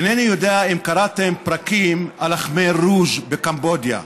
אינני יודע אם קראתם פרקים על הקמר רוז' בקמבודיה.